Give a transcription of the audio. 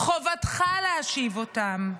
חובתך להשיב אותם.